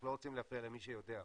אנחנו לא רוצים להפריע למי שיודע,